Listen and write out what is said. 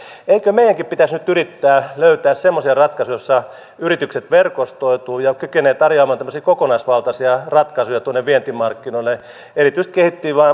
eikö meidänkin pitäisi nyt yrittää löytää semmoisia ratkaisuja joissa yritykset verkostoituvat ja kykenevät tarjoamaan kokonaisvaltaisia ratkaisuja vientimarkkinoille erityisesti kehittyviin maihin